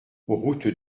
route